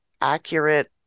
accurate